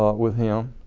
ah with him.